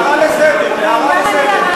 הערה לסדר, הערה לסדר.